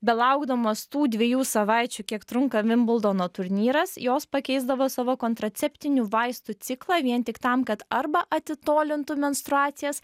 belaukdamos tų dviejų savaičių kiek trunka vimbldono turnyras jos pakeisdavo savo kontraceptinių vaistų ciklą vien tik tam kad arba atitolintų menstruacijas